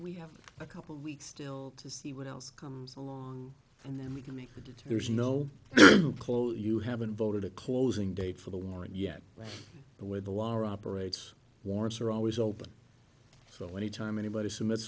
we have a couple of weeks still to see what else comes along and then we can make it there's no clothes you haven't voted a closing date for the warrant yet the way the law or operates warrants are always open so anytime anybody submit